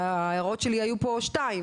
ההערות שלי היו פה שתיים,